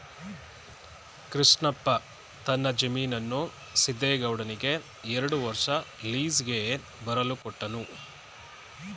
ಕೃಷ್ಣಪ್ಪ ತನ್ನ ಜಮೀನನ್ನು ಸಿದ್ದೇಗೌಡನಿಗೆ ಎರಡು ವರ್ಷ ಲೀಸ್ಗೆ ಬರಲು ಕೊಟ್ಟನು